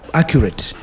accurate